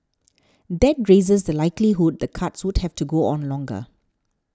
that raises the likelihood the cuts would have to go on longer